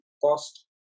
cost